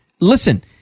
Listen